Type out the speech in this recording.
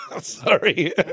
Sorry